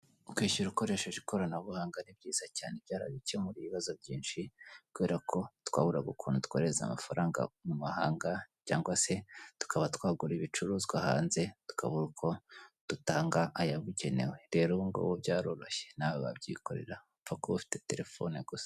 kwishyura ukoresheje ikoranabuhanga ni byiza cyane byara bikemuye ibibazo byinshi kubera ko twaburaga ukuntu twohereza amafaranga mu mahanga cyangwa se tukaba twagura ibicuruzwa hanze tukabura uko dutanga ayabugenewe rero ubu ngo byaroroshye naw wabyikorera pfa kuba ufite telefone gusa.